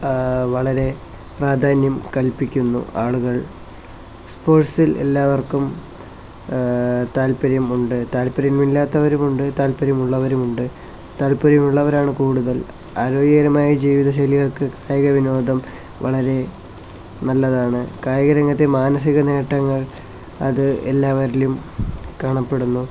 വളരെ പ്രാധാന്യം കൽപ്പിക്കുന്നു ആളുകൾ സ്പോർട്സിൽ എല്ലാവർക്കും താത്പര്യം ഉണ്ട് താത്പര്യമില്ലാത്തവരുമുണ്ട് താത്പര്യമുള്ളവരുമുണ്ട് താത്പര്യമുള്ളവരാണ് കൂടുതൽ ആരോഗ്യകരമായ ജീവിത ശൈലികൾക്ക് കായിക വിനോദം വളരെ നല്ലതാണ് കായിക രംഗത്തെ മാനസിക നേട്ടങ്ങൾ അത് എല്ലാവരിലും കാണപ്പെടുന്നു